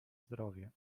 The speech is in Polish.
zdrowie